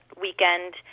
weekend